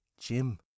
Jim